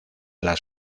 las